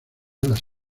las